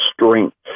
strength